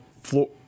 floor